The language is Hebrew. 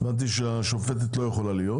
הבנתי שהשופטת לא יכולה להיות,